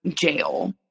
jail